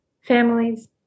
families